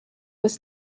was